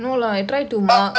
or is it more chill there